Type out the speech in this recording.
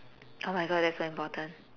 oh my god that's so important